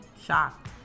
shocked